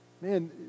Man